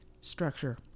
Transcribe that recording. structure